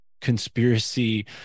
conspiracy